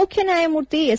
ಮುಖ್ಯ ನ್ಯಾಯಮೂರ್ತಿ ಎಸ್